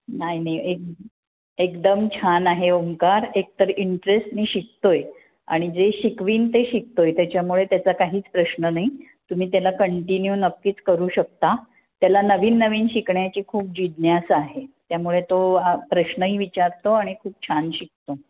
नाही नाही एक एकदम छान आहे ओंकार एकतर इंटरेस्टने शिकतो आहे आणि जे शिकवीन ते शिकतो आहे त्याच्यामुळे त्याचा काहीच प्रश्न नाही तुम्ही त्याला कंटिन्यू नक्कीच करू शकता त्याला नवीन नवीन शिकण्याची खूप जिज्ञ्यास आहे त्यामुळे तो प्रश्नही विचारतो आणि खूप छान शिकतो